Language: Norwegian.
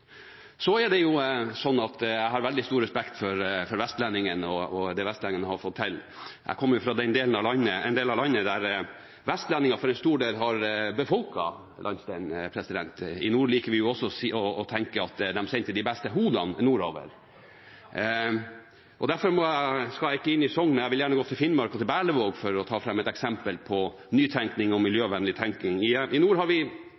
Så er det sånn at jeg har veldig stor respekt for vestlendingene og det de har fått til. Jeg kommer fra en del av landet der vestlendingene for en stor del har befolket landsdelen. I nord liker vi også å tenke at de sendte de beste hodene nordover. Derfor skal jeg ikke til Sogn, men jeg vil gjerne gå til Finnmark og Berlevåg for å ta fram et eksempel på nytenkning og miljøvennlig tenkning. I nord har vi